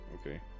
Okay